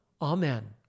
Amen